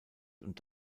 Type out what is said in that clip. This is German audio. und